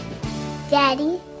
Daddy